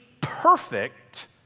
perfect